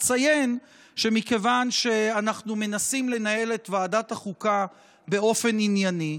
אציין שמכיוון שאנחנו מנסים לנהל את ועדת החוקה באופן ענייני,